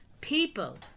people